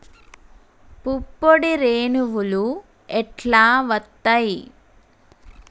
పుప్పొడి రేణువులు ఎట్లా వత్తయ్?